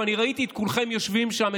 ואני ראיתי את כולכם יושבים שם,